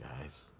guys